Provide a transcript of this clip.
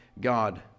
God